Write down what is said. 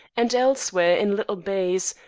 and elsewhere, in little bays,